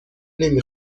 نمی